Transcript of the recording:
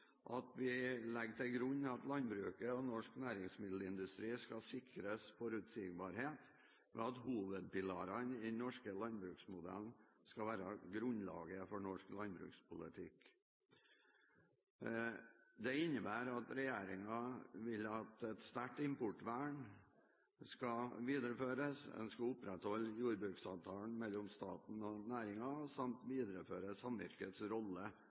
Folkeparti: «Stortinget legger til grunn at landbruket og norsk næringsmiddelindustri skal sikres forutsigbarhet ved at hovedpilarene i den norske landbruksmodellen skal være grunnlaget for norsk landbrukspolitikk. Dette innebærer at regjeringen skal, gjennom ulike ordninger sikre et sterkt importvern, opprettholde jordbruksavtalen mellom staten og næringen samt videreføre